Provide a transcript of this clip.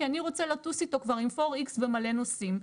כי אני רוצה לטוס איתו כבר עם פור-איקס ומלא נוסעים.